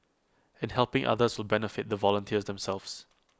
and helping others will benefit the volunteers themselves